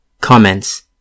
Comments